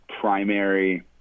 primary